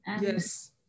yes